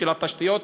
של התשתיות,